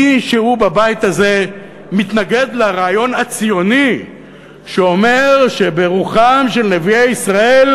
מישהו בבית הזה מתנגד לרעיון הציוני שאומר שברוחם של נביאי ישראל,